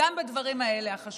גם בדברים האלה, החשובים.